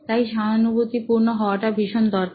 তাই সহানুভূতিপূর্ণ হওয়াটা ভীষণ দরকার